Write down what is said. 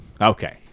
Okay